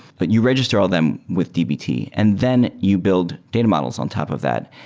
but you register all them with dbt and then you build data models on top of that.